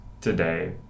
today